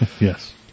Yes